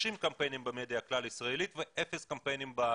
קמפיינים במדיה הכלל ישראלית ואפס קמפיינים במגזרים.